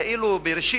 כאילו בראשית,